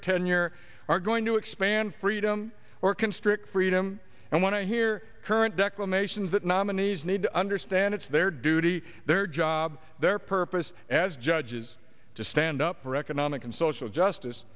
tenure are going to expand freedom or constrict freedom and when i hear current declamations that nominees need to understand it's their duty their job their purpose as judges to stand up for economic and social justice